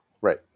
right